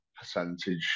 percentage